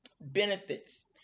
benefits